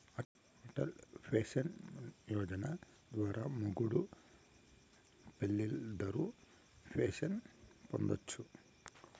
Atal pension Yojana ద్వారా మొగుడూ పెల్లాలిద్దరూ పెన్సన్ పొందొచ్చును